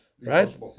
right